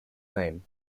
name